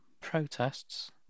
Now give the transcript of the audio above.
protests